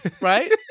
right